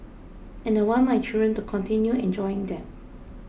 and I want my children to continue enjoying them